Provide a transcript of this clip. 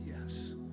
yes